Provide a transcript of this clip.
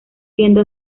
siendo